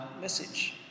message